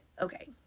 okay